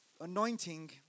anointing